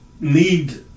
need